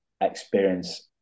Experience